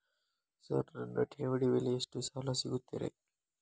Sir ನನ್ನ ಠೇವಣಿ ಮೇಲೆ ಎಷ್ಟು ಸಾಲ ಸಿಗುತ್ತೆ ರೇ?